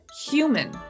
human